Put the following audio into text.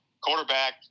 quarterback